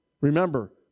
Remember